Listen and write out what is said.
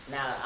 Now